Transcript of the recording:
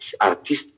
Artist